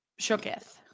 shooketh